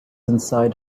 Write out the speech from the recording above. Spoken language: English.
inside